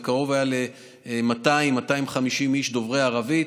זה היה קרוב ל-200 250 איש דוברי ערבית,